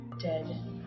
dead